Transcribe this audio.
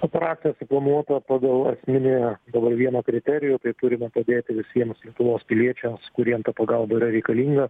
operacija suplanuota pagal esminį pagal vieną kriterijų tai turime padėti visiems lietuvos piliečiams kuriem ta pagalba yra reikalinga